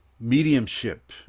Mediumship